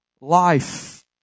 life